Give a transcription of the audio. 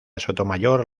sotomayor